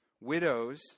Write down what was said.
Widows